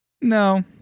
No